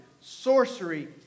Sorcery